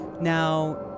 now